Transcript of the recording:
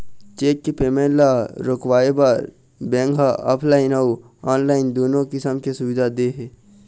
cheque के payment ल रोकवाए बर बेंक ह ऑफलाइन अउ ऑनलाईन दुनो किसम के सुबिधा दे हे